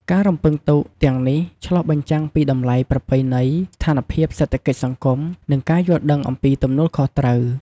ការរំពឹងទុកទាំងនេះឆ្លុះបញ្ចាំងពីតម្លៃប្រពៃណី ស្ថានភាពសេដ្ឋកិច្ចសង្គម និងការយល់ដឹងអំពីទំនួលខុសត្រូវ។